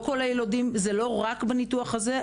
זה לא רק בניתוח הזה,